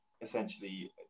essentially